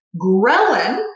Ghrelin